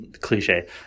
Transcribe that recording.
cliche